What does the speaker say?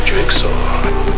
Jigsaw